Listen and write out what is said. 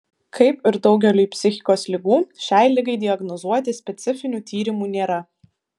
kaip ir daugeliui psichikos ligų šiai ligai diagnozuoti specifinių tyrimų nėra